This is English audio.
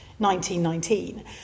1919